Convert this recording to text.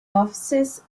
offices